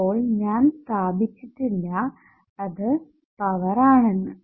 അപ്പോൾ ഞാൻ സ്ഥാപിച്ചിട്ടില്ല ഇത് പവർ ആണെന്ന്